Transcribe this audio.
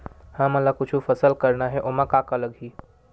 हमन ला कुछु फसल करना हे ओमा का का लगही?